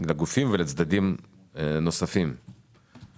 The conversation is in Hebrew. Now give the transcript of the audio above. לגופים ולצדדים נוספים יכולת לערער.